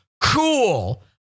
Cool